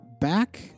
Back